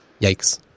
Yikes